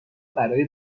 برای